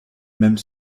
même